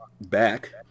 back